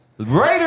Raiders